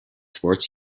sports